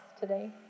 today